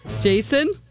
Jason